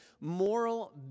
moral